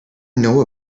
know